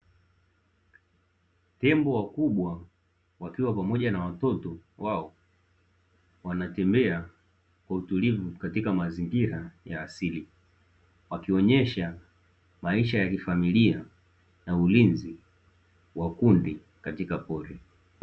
Tembo wakubwa wakiwa pamoja na watoto wao, wanatembea kwa utulivu katika mazingira ya asili, wakionyesha maisha ya kifamilia na ulinzi wa kundi katika pori.